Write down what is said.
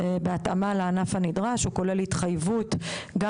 בהתאמה לענף הנדרש הוא כולל התחייבות גם